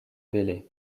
belley